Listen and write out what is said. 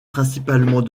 principalement